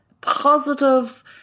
positive